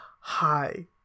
Hi